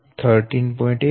8 22013